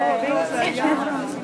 לברך אותה בכמה מילים.